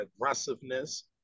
aggressiveness